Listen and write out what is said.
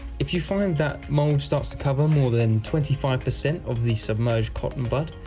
if you find that mould start to cover more than twenty five percent of the submerged cotton bud,